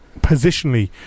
positionally